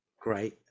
great